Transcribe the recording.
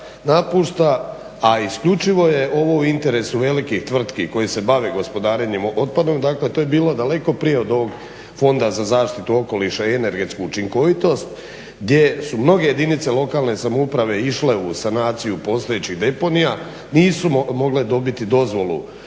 napušta, a isključivo je ovo u interesu velikih tvrtki koje se bave gospodarenjem otpada. Dakle, to je bilo daleko prije od ovog fonda za zaštitu okoliša i energetsku učinkovitost gdje su mnoge jedinice lokalne samouprave išle u sanaciju postojećih deponija, nisu mogle dobiti dozvolu